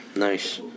Nice